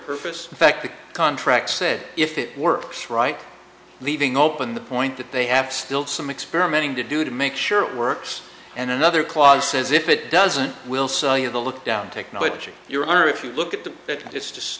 the contract said if it works right leaving open the point that they have still some experimenting to do to make sure it works and another clause says if it doesn't we'll sell you the look down technology your honor if you look at them because it's just